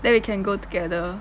then we can go together